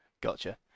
Gotcha